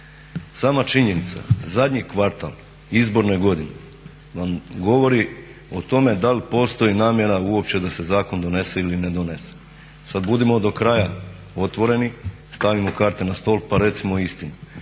Sama činjenica zadnji kvartal izborne godine vam govori o tome da li postoji namjera uopće da se zakon donese ili ne donese. Sad budimo do kraja otvoreni, stavimo karte na stol pa recimo istinu